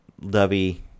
lovey